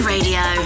Radio